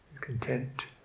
content